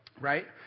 right